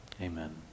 Amen